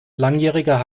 langjähriger